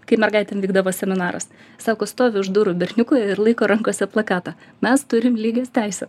kai mergaitėm vykdavo seminaras sako stovi už durų berniukai ir laiko rankose plakatą mes turim lygias teises